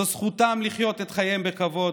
זו זכותם לחיות את חייהם בכבוד,